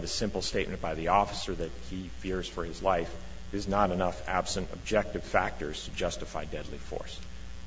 a simple statement by the officer that he fears for his life is not enough absent objective factors justify deadly force